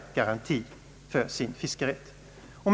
motsvarande grad minska.